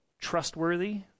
trustworthy